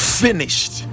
finished